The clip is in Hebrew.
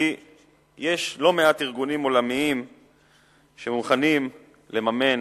כי יש לא מעט ארגונים עולמיים שמוכנים לממן